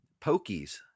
Pokies